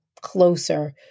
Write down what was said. closer